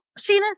Sheena